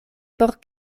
por